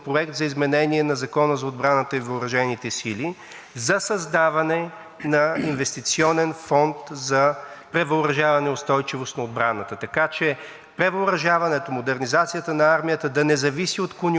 превъоръжаване и устойчивост на отбраната, така че превъоръжаването, модернизацията на армията да не зависи от конюнктурните промени на различни мнозинства в парламента, да има акумулиране на средства, да има план за тяхното разходване.